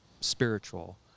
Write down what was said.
spiritual